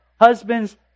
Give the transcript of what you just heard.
Husbands